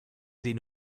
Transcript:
den